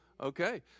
Okay